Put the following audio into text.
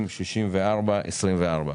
(פ/3064/24).